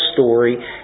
story